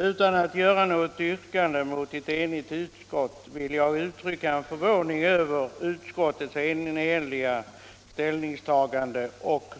Utan att ställa något yrkande mot ett enigt utskott vill jag uttrycka min förvåning över utskottets enhälliga ställningstagande och